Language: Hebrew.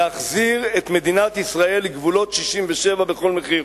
להחזיר את מדינת ישראל לגבולות 67' בכל מחיר,